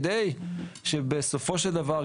כדי שבסופו של דבר,